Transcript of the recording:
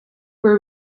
were